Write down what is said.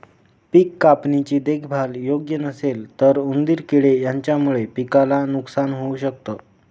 पिक कापणी ची देखभाल योग्य नसेल तर उंदीर किडे यांच्यामुळे पिकाला नुकसान होऊ शकत